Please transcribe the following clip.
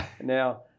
Now